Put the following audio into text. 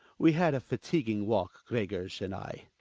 we had a fatiguing walk, gregers and i.